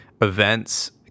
events